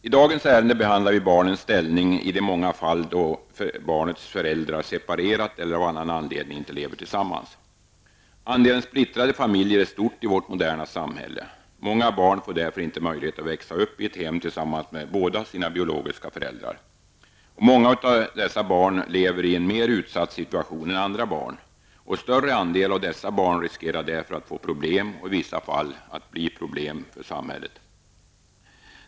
I dagens ärende behandlas barnens ställning i de många fall då barnets föräldrar separerat eller av annan anledning inte lever tillsammans. Andelen splittrade familjer är stor i vårt moderna samhälle. Många barn får därför inte möjlighet att växa upp i ett hem tillsammans med båda sina biologiska föräldrar. Många av dessa barn lever i en mer utsatt situation än andra barn, och en större andel av dessa barn riskerar att få problem och i vissa fall att bli problem för samhället.